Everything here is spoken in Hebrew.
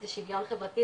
זה שיווין חברתי,